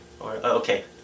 okay